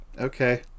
Okay